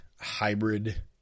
hybrid